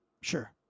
Sure